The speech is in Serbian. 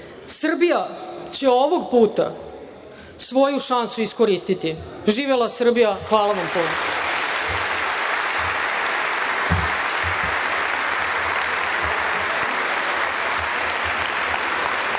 Srbija će ovog puta svoju šansu iskoristiti. Živela Srbija! Hvala vam puno.